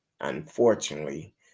unfortunately